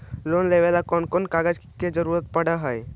Loan लेबे ल कैन कौन कागज के जरुरत पड़ है?